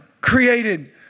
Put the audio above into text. created